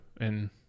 and-